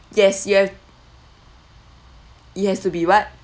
yes you have it has to be what